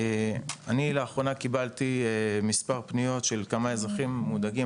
אני לאחרונה קיבלתי מספר פניות של כמה אזרחים מודאגים,